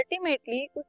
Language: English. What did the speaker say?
ultimately